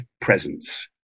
presence